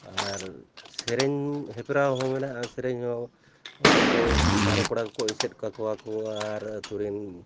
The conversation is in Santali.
ᱟᱨ ᱥᱮᱨᱮᱧ ᱦᱮᱯᱨᱟᱣ ᱦᱚᱸ ᱢᱮᱱᱟᱜᱼᱟ ᱥᱮᱨᱮᱧ ᱦᱚᱸ ᱚᱱᱛᱮ ᱠᱚ ᱵᱟᱨᱭᱟᱹᱛ ᱠᱚᱲᱟ ᱠᱚᱠᱚ ᱮᱥᱮᱫ ᱠᱟᱠᱚᱣᱟ ᱠᱚ ᱟᱨ ᱟᱹᱛᱩᱨᱮᱱ